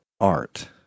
art